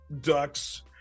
Ducks